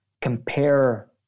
compare